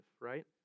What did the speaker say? right